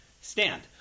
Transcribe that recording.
stand